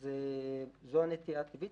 אז זו הנטייה הטבעית.